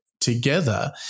together